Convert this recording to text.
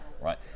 right